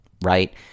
right